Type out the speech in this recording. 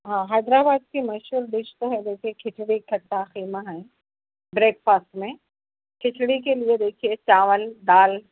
ہاں حیدرآباد کی مشہور ڈش ہے جیسے کھچڑی کھٹا قیمہ ہے بریک فاسٹ میں کھچڑی کے لیے دیکھیے چاول دال